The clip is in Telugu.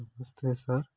నమస్తే సార్